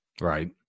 right